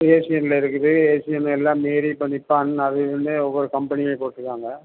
இப்போ ஏஷியனில் இருக்குது ஏஷியனில் எல்லாம் மாரி இப்போ நிப்பான் அது இதுன்னு ஒவ்வொரு கம்பெனியில் போட்டிருக்காங்க